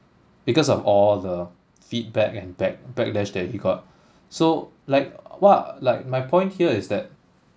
because of all the feedback and back backlash that he got so like what like my point here is that